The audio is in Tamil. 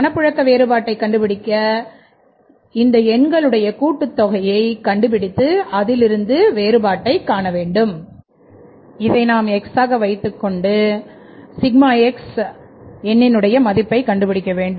பணப்புழக்க வேறுபாட்டை கண்டுபிடிக்க இந்த எண்ணினுடைய கூட்டுத் தொகையை கண்டுபிடித்து அதிலிருந்து வேறுபாட்டை காண்போம் இதை X ஆக வைத்துக்கொண்டு நாம்∑ x எண்ணினுடைய மதிப்பை கண்டுபிடிக்க வேண்டும்